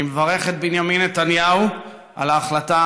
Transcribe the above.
אני מברך את בנימין נתניהו על ההחלטה